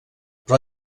però